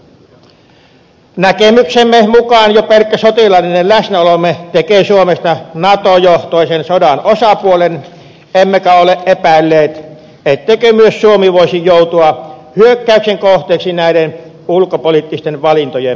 näkemyksemme mukaan jo pelkkä sotilaallinen läsnäolomme tekee suomesta nato johtoisen sodan osapuolen emmekä ole epäilleet etteikö myös suomi voisi joutua hyökkäyksen kohteeksi näiden ulkopoliittisten valintojen seurauksena